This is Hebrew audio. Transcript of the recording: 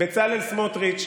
יש לך טראפיק.